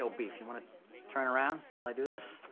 so beef, you wanna turn around while i do this?